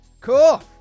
Cool